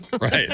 Right